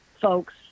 folks